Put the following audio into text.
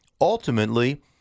ultimately